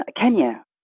Kenya